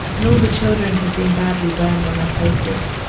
and all the children have been badly burned on their faces.